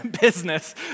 business